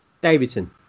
Davidson